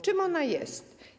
Czym ona jest?